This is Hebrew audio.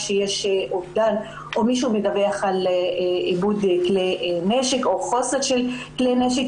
כשיש אובדן או כשמישהו מדווח על איבוד כלי נשק או חוסר של כלי נשק,